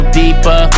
deeper